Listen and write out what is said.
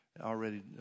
already